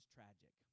Tragic